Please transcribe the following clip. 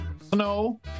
snow